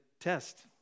test